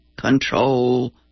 control